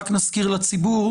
רק נזכיר לציבור,